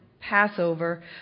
Passover